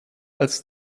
als